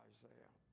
Isaiah